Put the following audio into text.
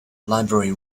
library